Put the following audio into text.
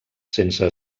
sense